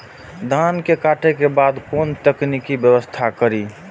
धान के काटे के बाद कोन तकनीकी व्यवस्था करी?